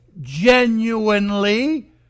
genuinely